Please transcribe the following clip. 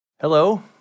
Hello